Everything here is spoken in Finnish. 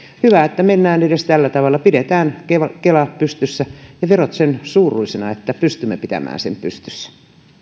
hyvä että mennään edes tällä tavalla pidetään kela kela pystyssä ja verot sen suuruisina että pystymme pitämään sen pystyssä